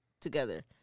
together